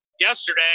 yesterday